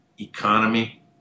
economy